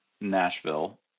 Nashville